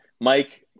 Mike